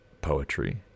poetry